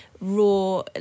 raw